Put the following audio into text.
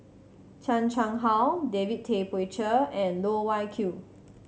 Chan Chang How David Tay Poey Cher and Loh Wai Kiew